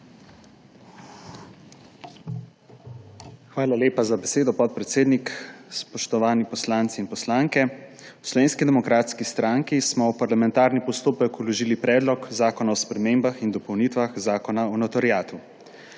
Hvala lepa za besedo, podpredsednik. Spoštovani poslanci in poslanke! V Slovenski demokratski stranki smo v parlamentarni postopek vložili Predlog zakona o spremembah in dopolnitvah Zakona o notariatu.